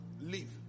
leave